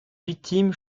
victime